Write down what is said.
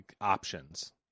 options